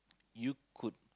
you could